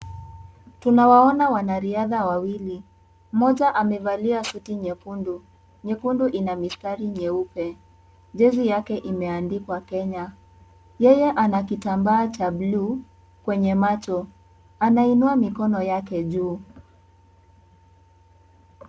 Tunawaona wanariadha wawili, Mmoja amevalia suti nyekundu ina mistari nyeupe .Jezi yake imeandikwa kenya. Yeye ana kitambaa cha blue kwenye macho anainua mikono yake juu.